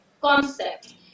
concept